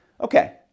Okay